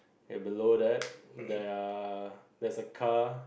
below that there are there's a car